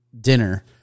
dinner